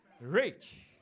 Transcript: rich